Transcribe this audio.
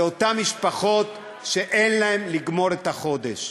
זה אותן משפחות שאין להן לגמור את החודש.